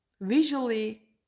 visually